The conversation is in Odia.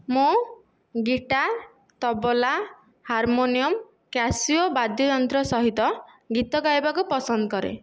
ମୁଁ ଗୀଟାର ତବଲା ହାର୍ମୋନିଅମ କ୍ୟାସିଓ ବାଦ୍ୟ ଯନ୍ତ୍ର ସହିତ ଗୀତ ଗାଇବାକୁ ପସନ୍ଦ କରେ